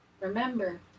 Remember